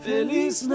Feliz